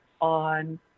on